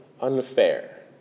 unfair